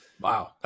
Wow